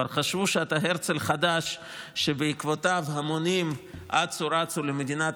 כבר חשבו שאתה הרצל חדש שבעקבותיו המונים אצו-רצו למדינת